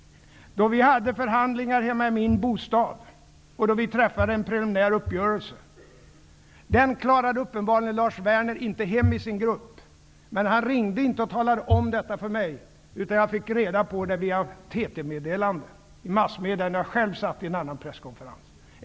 Vi hade förhandlingar hemma i min bostad, och vi träffade en preliminär uppgörelse. Den klarade uppenbarligen Lars Werner inte att föra hem i sin grupp. Men han ringde inte och talade om detta för mig, utan jag fick reda på det via ett TT-meddelande när jag satt på en presskonferens.